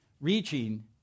reaching